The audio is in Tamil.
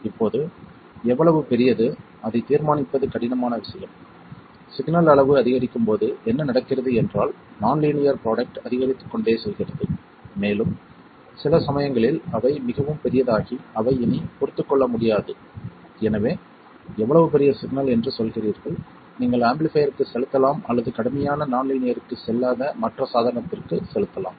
இப்போது எவ்வளவு பெரியது அதை தீர்மானிப்பது கடினமான விஷயம் சிக்னல் அளவு அதிகரிக்கும் போது என்ன நடக்கிறது என்றால் நான் லீனியர் ப்ரோடக்ட் அதிகரித்துக்கொண்டே செல்கிறது மேலும் சில சமயங்களில் அவை மிகவும் பெரியதாகி அவை இனி பொறுத்துக்கொள்ள முடியாது எனவே எவ்வளவு பெரிய சிக்னல் என்று சொல்கிறீர்கள் நீங்கள் ஆம்பிளிஃபைர்க்கு செலுத்தலாம் அல்லது கடுமையான நான் லீனியர்க்கு செல்லாத மற்ற சதானத்திற்கு செலுத்தலாம்